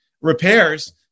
repairs